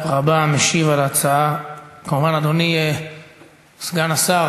אדם שאנס.